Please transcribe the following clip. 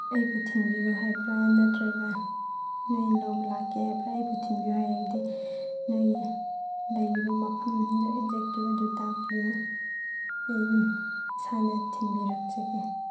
ꯑꯩꯕꯨ ꯊꯤꯟꯕꯤꯔꯣ ꯍꯥꯏꯕ꯭ꯔꯥ ꯅꯠꯇ꯭ꯔꯒ ꯅꯣꯏꯅ ꯂꯧꯕ ꯂꯥꯛꯀꯦ ꯍꯥꯏꯕ꯭ꯔꯥ ꯑꯩꯕꯨ ꯊꯤꯟꯕꯤꯔꯣ ꯍꯥꯏꯔꯗꯤ ꯅꯣꯏꯒꯤ ꯂꯩꯔꯤꯕ ꯃꯐꯝꯗꯨ ꯑꯦꯛꯖꯦꯛꯇꯨ ꯑꯗꯨ ꯇꯥꯛꯄꯤꯌꯣ ꯑꯩ ꯑꯗꯨꯝ ꯏꯁꯥꯅ ꯊꯤꯟꯕꯤꯔꯛꯆꯒꯦ